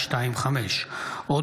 א'